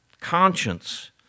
Conscience